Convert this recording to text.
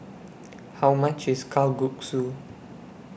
How much IS Kalguksu